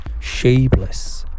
shapeless